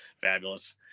Fabulous